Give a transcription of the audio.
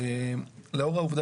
לגבי